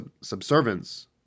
subservience